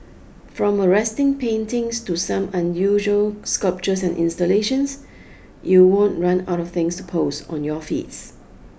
from arresting paintings to some unusual sculptures and installations you won't run out of things to post on your feeds